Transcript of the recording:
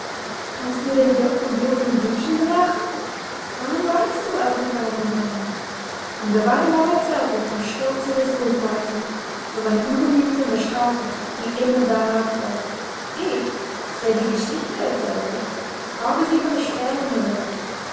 kannst du den duft von blumen und büschen bemerken warum weinst du alter weidenbaum und der weidenbaum erzählte vom stolze des buchweizens von seinem übermute und der strafe die immer darauf folgt ich der die geschichte erzählte habe sie von den sperlingen gehört